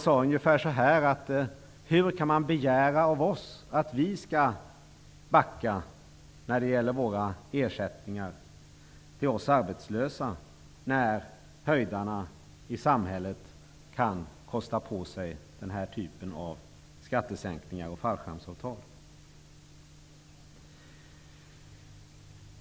De sade: Hur kan man begära av oss att vi skall backa när det gäller ersättningar till oss arbetslösa när höjdarna i samhället kan kosta på sig den här typen av skattesänkningar och fallskärmsavtal?